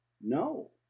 No